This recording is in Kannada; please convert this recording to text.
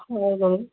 ಹೌದು